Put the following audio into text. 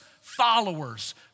followers